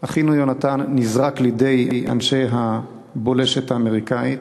אחינו יונתן נזרק לידי אנשי הבולשת האמריקנית,